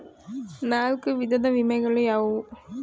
ನಾಲ್ಕು ವಿಧದ ವಿಮೆಗಳು ಯಾವುವು?